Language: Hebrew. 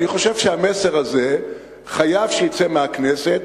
אני חושב שהמסר הזה חייב לצאת מהכנסת,